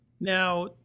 Now